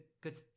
good